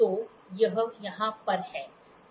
तो यह यहाँ पर है